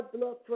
blood